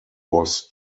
was